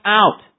out